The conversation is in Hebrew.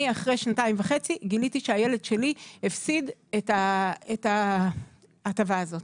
אחרי שנתיים וחצי אני גיליתי שהילד שלי הפסיד את ההטבה הזאת.